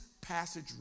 passage